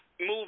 move